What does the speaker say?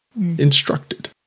instructed